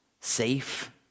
safe